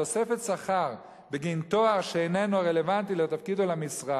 תוספות שכר בגין תואר שאיננו רלוונטי לתפקיד או למשרה"